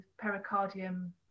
pericardium